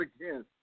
again